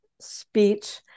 speech